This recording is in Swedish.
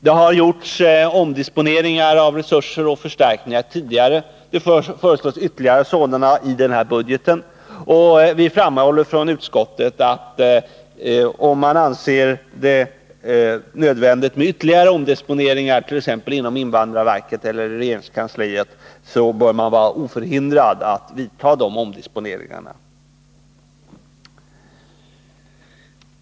Det har gjorts omdisponeringar av resurser och förstärkningar tidigare, och nu föreslås ytterligare sådana i den här budgeten. Utskottet framhåller att om man anser det nödvändigt med ytterligare omdisponeringar, t.ex. inom invandrarverket eller i regeringskansliet, så bör man vara oförhindrad att vidta sådana.